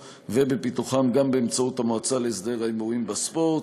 ובפיתוחם גם באמצעות המועצה להסדר ההימורים בספורט.